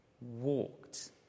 walked